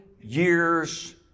years